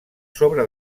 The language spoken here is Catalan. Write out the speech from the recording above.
sobre